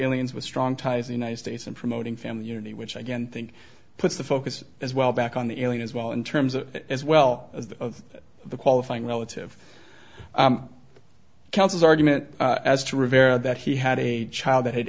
indians with strong ties the united states and promoting family unity which again think puts the focus as well back on the elite as well in terms of as well as the qualifying relative councils argument as to rivera that he had a child that had